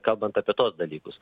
kalbant apie tuos dalykus